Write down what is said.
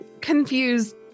confused